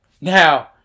Now